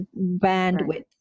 bandwidth